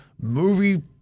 movie